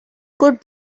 could